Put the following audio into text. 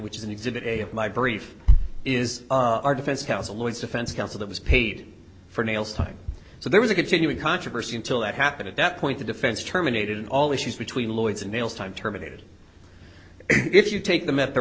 which is an exhibit a my brief is our defense counsel is defense counsel that was paid for nails time so there was a continuing controversy until that happened at that point the defense terminated all issues between lloyd's and nails time terminated if you take them at their